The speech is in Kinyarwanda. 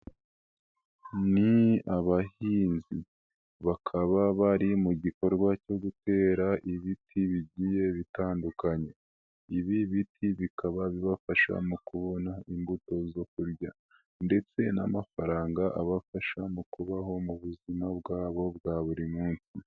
Ni abahinzi bakaba bari mu gikorwa cyo gutera ibiti bigiye bitandukanye. Ibi biti bikaba bibafasha mu kubona imbuto zo kurya ndetse n'amafaranga abafasha mu kubaho mu buzima bwabo bwa buri munsi.